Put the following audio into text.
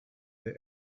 the